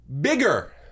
Bigger